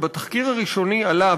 שבתחקיר הראשוני עלה,